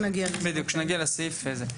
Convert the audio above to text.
נגיע לזה.